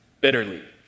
bitterly